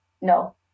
No